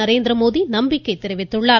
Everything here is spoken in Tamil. நரேந்திரமோடி நம்பிக்கை தெரிவித்துள்ளார்